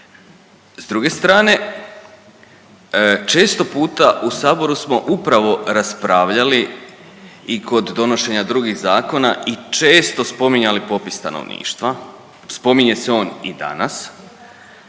S druge strane, Često puta u Saboru smo upravo raspravljali i kod donošenja drugih zakona i često spominjali popis stanovništva. Spominje se on i danas